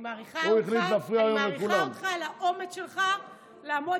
אני מעריכה אותך על האומץ שלך לעמוד